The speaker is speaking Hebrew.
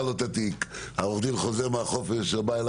האב חוזר מהחופש וכועס: